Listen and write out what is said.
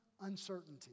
uncertainty